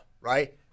right